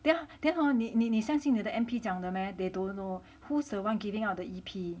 there !huh! then hor 你你你相信你的 M_P 讲的 meh they don't know who's the one giving out the E_P